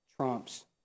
trumps